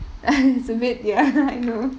it's a bit ya I know